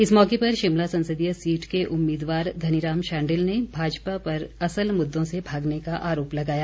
इस मौके पर शिमला संसदीय सीट के उम्मीदवार धनीराम शांडिल ने भाजपा पर असल मुद्दों से भागने का आरोप लगाया